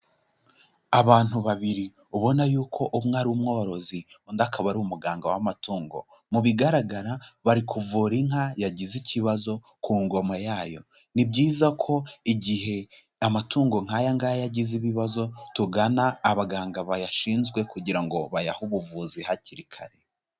Abantu babiri ubona yuko umwe ari umworozi undi akaba ari umuganga w'amatungo, mu bigaragara bari kuvura inka yagize ikibazo ku ngoma yayo, ni byiza ko igihe amatungo nk'aya ngaya agize ibibazo tugana abaganga bayashinzwe kugira ngo bayahe ubuvuzi hakiri kare.